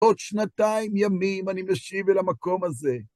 עוד שנתיים ימים אני משיב אל המקום הזה.